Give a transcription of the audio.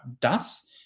das